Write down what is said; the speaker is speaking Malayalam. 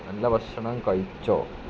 നല്ല ഭക്ഷണം കഴിച്ചോ